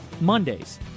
Mondays